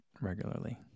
regularly